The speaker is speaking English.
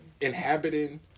inhabiting